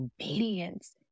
obedience